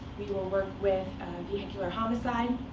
we will work with vehicular homicide.